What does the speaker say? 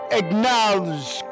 acknowledge